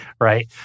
right